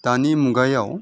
दानि मुगायाव